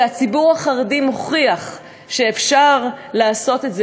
הציבור החרדי מוכיח שאפשר לעשות את זה,